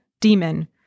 demon